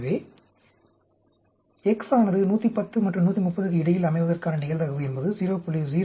எனவே x ஆனது 110 மற்றும் 130க்கு இடையில் அமைவதற்கான நிகழ்தகவு என்பது 0